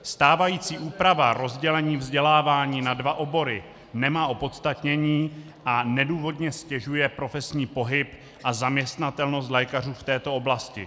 Stávající úprava rozdělení vzdělávání na dva obory nemá opodstatnění a nedůvodně stěžuje profesní pohyb a zaměstnatelnost lékařů v této oblasti.